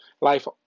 Life